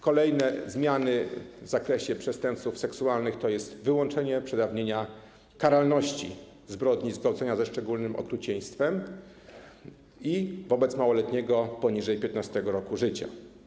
Kolejne zmiany w zakresie przestępców seksualnych to wyłączenie przedawnienia karalności zbrodni zgwałcenia ze szczególnym okrucieństwem i wobec małoletniego poniżej 15. roku życia.